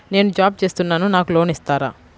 నేను జాబ్ చేస్తున్నాను నాకు లోన్ ఇస్తారా?